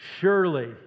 surely